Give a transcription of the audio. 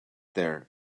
there